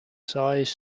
size